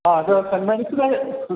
ആ അതെ saint Mary's